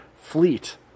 fleet